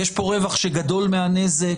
יש פה רווח שגדול מהנזק